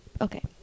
Okay